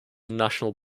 national